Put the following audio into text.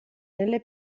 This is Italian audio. nelle